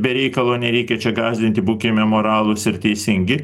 be reikalo nereikia čia gąsdinti būkime moralūs ir teisingi